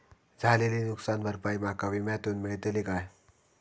झालेली नुकसान भरपाई माका विम्यातून मेळतली काय?